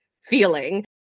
feeling